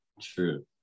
True